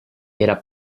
era